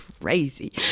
crazy